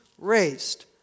raised